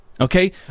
Okay